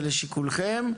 זה לשיקולכם.